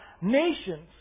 nations